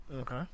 Okay